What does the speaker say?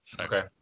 Okay